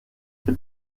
für